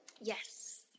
Yes